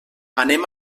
anem